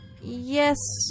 yes